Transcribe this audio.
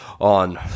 on